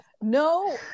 no